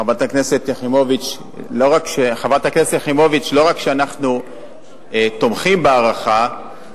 חברת הכנסת יחימוביץ, לא רק שאנחנו תומכים בהארכה,